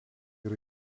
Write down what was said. yra